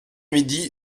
midi